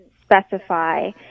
specify